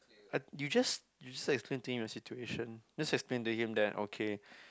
I you just you just explain to him the situation just explain to him that okay